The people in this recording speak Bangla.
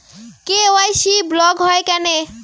কে.ওয়াই.সি ব্লক হয় কেনে?